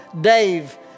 Dave